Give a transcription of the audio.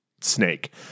snake